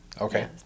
Okay